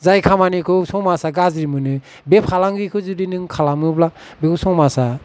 जाय खामानिखौ समाजा गाज्रि मोनो बे फालांगिखौ जुदि नों खालामोब्ला बेखौ समाजा